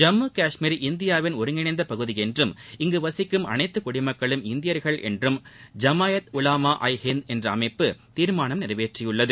ஜம்மு கஷ்மீர் இந்தியாவின் ஒருங்கிணைந்த பகுதி என்றும் இங்கு வசிக்கும் அனைத்து குடிமக்களும் இந்தியர்கள் என்று ஜமாயத் உலாமா ஐ ஹிந்த் என்ற அமைப்பு தீர்மானம் நிறைவேற்றியுள்ளது